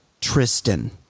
tristan